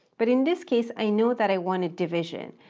but in this case, i know that i wanted division.